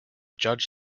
judge